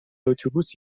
اتوبوس